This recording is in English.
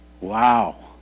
Wow